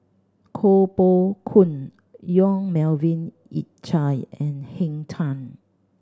Koh Poh Koon Yong Melvin Yik Chye and Henn Tan